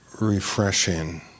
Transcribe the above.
refreshing